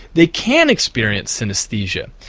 they can experience synesthesia.